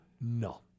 No